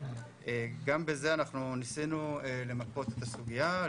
גם בזה אנחנו ניסינו למפות את הסוגיה,